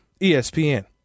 ESPN